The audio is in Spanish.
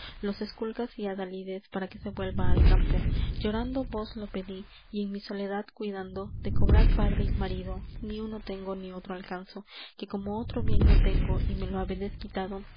los esculcas y adalides para que se vuelva al campo llorando vos lo pedí y en mi soledad cuidando de cobrar padre y marido ni uno tengo ni otro alcanzo que como otro bien no tengo y me lo habedes quitado